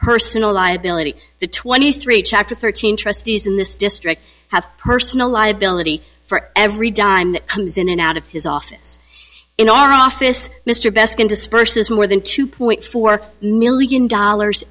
personal liability the twenty three chapter thirteen trustees in this district have personal liability for every dime that comes in and out of his office in our office mr best in disperses more than two point four million dollars